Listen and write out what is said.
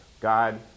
God